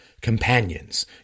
companions